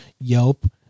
Yelp